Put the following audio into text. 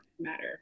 matter